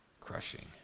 crushing